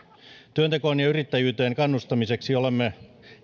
työntekoon ja yrittäjyyteen kannustamiseksi olemme